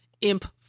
imp